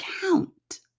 count